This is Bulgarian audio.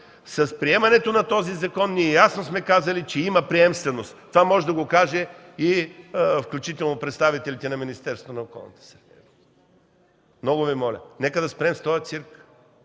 С приемането на този закон ние ясно сме казали, че има приемственост! Това могат да го кажат включително и представителите на Министерството на околната среда и водите. Много Ви моля! Нека да спрем с този цирк